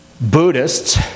Buddhists